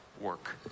work